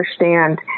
understand